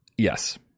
Yes